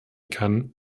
kann